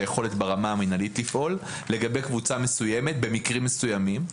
היכולת לפעול ברמה המינהלית לגבי קבוצה מסוימת במקרים מסוימים.